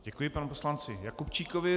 Děkuji panu poslanci Jakubčíkovi.